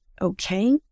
okay